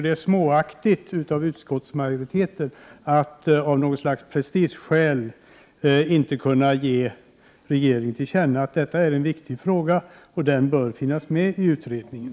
Det är småaktigt av utskottsmajoriteten att av någon sorts prestigeskäl inte kunna ge regeringen till känna att detta är en viktig fråga som bör finnas med i utredningen.